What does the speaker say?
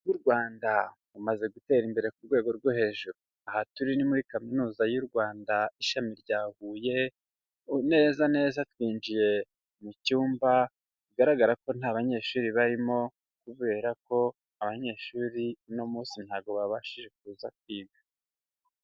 Ubu u Rwanda rumaze gutera imbere ku rwego rwo hejuru, aha turi ni muri kaminuza y'u Rwanda, ishami rya Haye, neza neza twinjiye mu cyumba bigaragara ko nta banyeshuri barimo, kubera ko abanyeshuri uno munsi ntago babashije kuza kwiga.